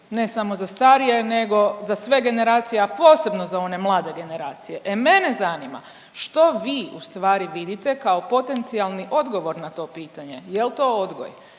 ne samo za starije nego za sve generacije, a posebno za one mlade generacije. E mene zanima, što vi ustvari vidite kao potencijalni odgovor na to pitanje, jel to odgoj,